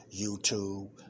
YouTube